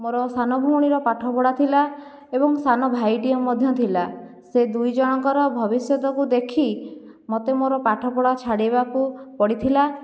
ମୋର ସାନ ଭଉଣୀର ପାଠପଢ଼ା ଥିଲା ଏବଂ ସାନ ଭାଇଟିଏ ମଧ୍ୟ ଥିଲା ସେ ଦୁଇ ଜଣଙ୍କର ଭବିଷ୍ୟତକୁ ଦେଖି ମୋତେ ମୋର ପାଠପଢ଼ା ଛାଡ଼ିବାକୁ ପଡ଼ିଥିଲା